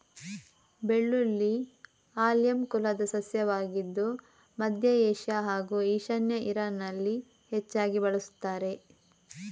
ಬೆಳ್ಳುಳ್ಳಿ ಆಲಿಯಮ್ ಕುಲದ ಸಸ್ಯವಾಗಿದ್ದು ಮಧ್ಯ ಏಷ್ಯಾ ಹಾಗೂ ಈಶಾನ್ಯ ಇರಾನಲ್ಲಿ ಹೆಚ್ಚಾಗಿ ಬಳಸುತ್ತಾರೆ